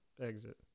Exit